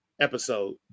episode